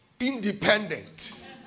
independent